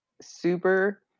super